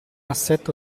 assetto